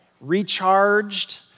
recharged